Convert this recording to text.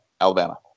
Alabama